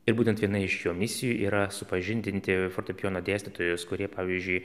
ir būtent viena iš jo misijų yra supažindinti fortepijono dėstytojus kurie pavyzdžiui